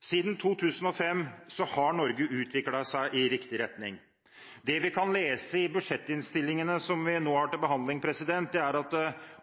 Siden 2005 har Norge utviklet seg i riktig retning. Det vi kan lese i budsjettinnstillingene som vi nå har til behandling, er at